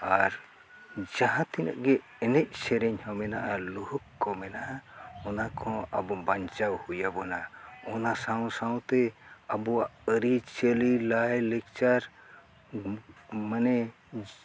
ᱟᱨ ᱡᱟᱦᱟᱸ ᱛᱤᱱᱟᱹᱜ ᱜᱮ ᱮᱱᱮᱡ ᱥᱮᱨᱮᱧ ᱦᱚᱸ ᱢᱮᱱᱟᱜᱼᱟ ᱞᱩᱦᱚᱠ ᱠᱚ ᱢᱮᱱᱟᱜᱼᱟ ᱚᱱᱟ ᱠᱚᱦᱚᱸ ᱟᱵᱚ ᱵᱟᱧᱪᱟᱣ ᱦᱩᱭᱟᱵᱚᱱᱟ ᱚᱱᱟ ᱥᱟᱶ ᱥᱟᱶᱛᱮ ᱟᱵᱚᱣᱟᱜ ᱟᱹᱨᱤᱪᱟᱹᱞᱤ ᱞᱟᱭᱼᱞᱟᱠᱪᱟᱨ ᱢᱟᱱᱮ